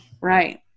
Right